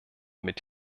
mit